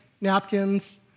napkins